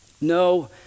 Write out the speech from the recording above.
No